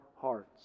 hearts